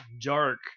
dark